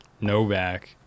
novak